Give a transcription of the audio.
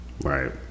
Right